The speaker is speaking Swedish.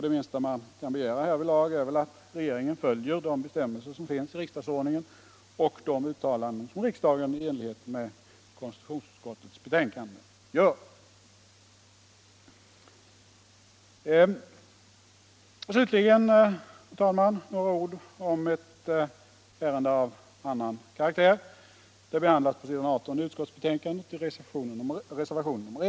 Det minsta man kan begära härvidlag är att regeringen följer de bestämmelser som finns i riksdagsordningen och de uttalanden som riksdagen gör i enlighet med konstitutionsut Slutligen, fru talman, några ord om ett ärende av annan karaktär. Det behandlas på s. 18 i utskottsbetänkandet och i reservationen 1.